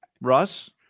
Russ